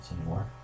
anymore